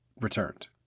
returned